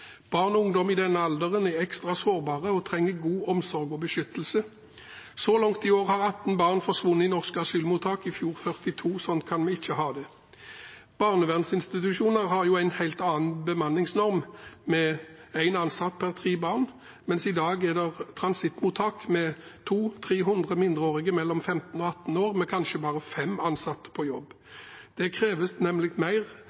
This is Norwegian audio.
Barn og ungdom i den alderen er ekstra sårbare og trenger god omsorg og beskyttelse. Så langt i år har 18 barn forsvunnet fra norske asylmottak, i fjor 42. Slik kan vi ikke ha det. Barnevernsinstitusjoner har jo en helt annen bemanningsnorm, med én ansatt per tre barn, mens i dag er det transittmottak med 200–300 mindreårige mellom 15 og 18 år med kanskje bare fem ansatte på jobb. Det kreves mer